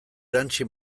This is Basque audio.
erantsi